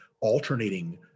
alternating